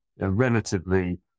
relatively